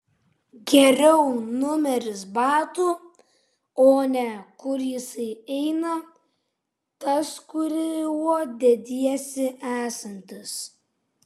geriau numeris batų o ne kur jisai eina tas kuriuo dediesi esantis